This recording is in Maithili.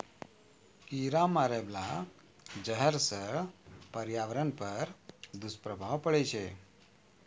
कीरा मारै बाला जहर सँ पर्यावरण पर दुष्प्रभाव पड़ै छै